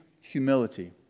humility